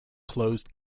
closed